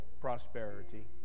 prosperity